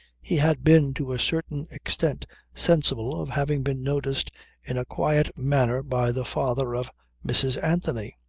he had been to a certain extent sensible of having been noticed in a quiet manner by the father of mrs. anthony.